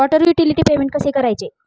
Water utility payment कसे करायचे?